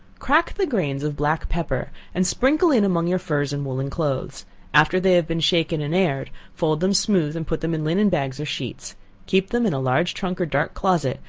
crack the grains of black pepper, and sprinkle in among your furs and woollen clothes after they have been shaken and aired, fold them smooth and put them in linen bags or sheets keep them in a large trunk or dark closet,